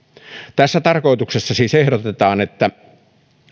tässä tarkoituksessa siis ehdotetaan että